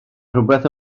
rhywbeth